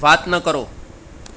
વાત ન કરો